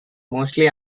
mostly